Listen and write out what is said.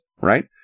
right